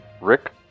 Rick